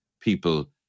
people